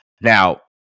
Now